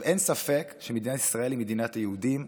אין ספק שמדינת ישראל היא מדינת היהודים.